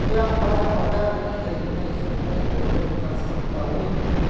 کیا میں mother help page میں ڈونیٹ کر سکتا ہوں